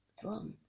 throne